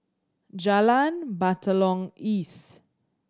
Jalan Batalong East